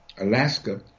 Alaska